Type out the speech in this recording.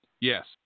Yes